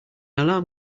alarm